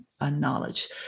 knowledge